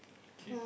okay